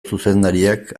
zuzendariak